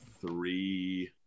three